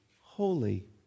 holy